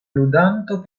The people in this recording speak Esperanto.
ludanto